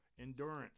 Endurance